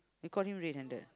you caught red handed